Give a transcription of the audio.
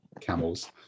camels